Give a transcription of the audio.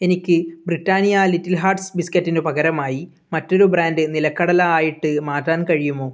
എനിക്ക് Britannia little hearts ബിസ്ക്കറ്റിനു പകരമായി മറ്റൊരു ബ്രാൻഡ് നിലക്കടല ആയിട്ട് മാറ്റാൻ കഴിയുമോ